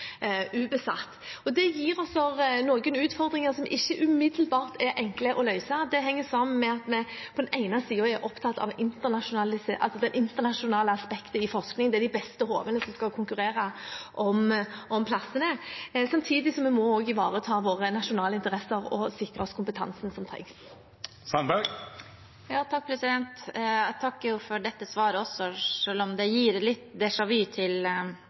Det gir oss noen utfordringer som ikke umiddelbart er enkle å løse. Det henger sammen med at vi på den ene siden er opptatt av det internasjonale aspektet i forskning – det er de beste hodene som skal konkurrere om plassene – samtidig som vi må ivareta våre nasjonale interesser og sikre oss kompetansen som trengs. Jeg takker for dette svaret også, selv om det gir litt déjà vu til